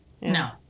No